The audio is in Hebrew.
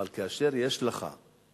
אבל כאשר יש לך עוני,